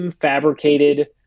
fabricated